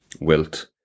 wilt